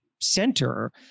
center